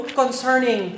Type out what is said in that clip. concerning